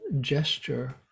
gesture